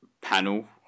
panel